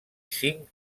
cinc